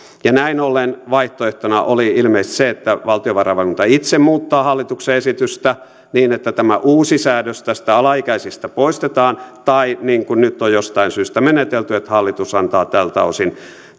näin ollen vaihtoehtona oli ilmeisesti se että valtiovarainvaliokunta itse muuttaa hallituksen esitystä niin että tämä uusi säädös näistä alaikäisistä poistetaan tai niin kuin nyt on jostain syystä menetelty että hallitus antaa tältä osin